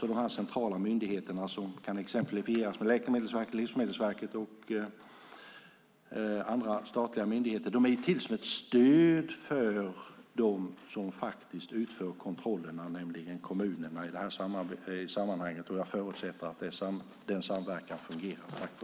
De här centrala myndigheterna, som kan exemplifieras med Läkemedelsverket, Livsmedelsverket och andra statliga myndigheter, är till som ett stöd för dem som faktiskt utför kontrollerna, nämligen i det här sammanhanget kommunerna. Jag förutsätter att den samverkan fungerar.